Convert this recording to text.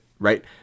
Right